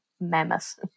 mammoth